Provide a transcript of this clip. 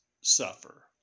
suffer